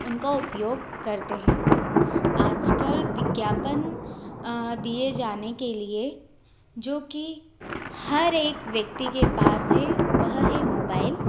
उनका उपयोग करते हैं आज कल विज्ञापन दिए जाने के लिए जो कि हर एक व्यक्ति के पास है वह है मोबाइल